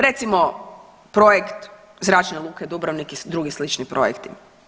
Recimo, projekt Zračne luke Dubrovnik i drugi slični projekti.